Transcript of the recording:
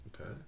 Okay